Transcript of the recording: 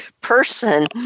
person